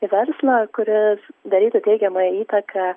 į verslą kuris darytų teigiamą įtaką